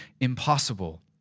impossible